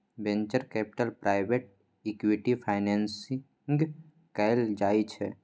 venture capital private equity financing कएल जाइ छै